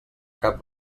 cap